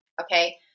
okay